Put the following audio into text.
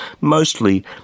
mostly